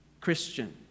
Christian